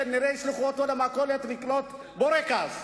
כנראה ישלחו אותו למכולת לקנות בורקס,